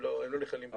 הם לא נכללים פה.